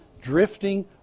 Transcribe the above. drifting